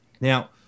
Now